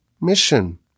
mission